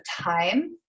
time